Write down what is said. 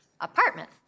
apartment